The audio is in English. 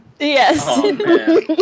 Yes